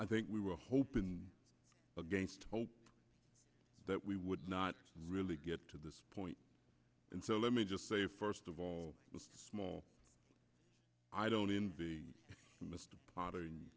i think we were hoping against hope that we would not really get to this point and so let me just say first of all small i don't in be mr potter